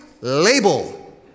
Label